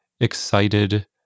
excited